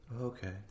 Okay